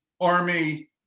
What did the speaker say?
army